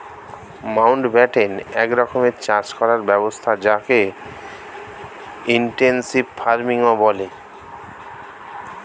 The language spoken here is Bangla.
মাউন্টব্যাটেন এক রকমের চাষ করার ব্যবস্থা যকে ইনটেনসিভ ফার্মিংও বলে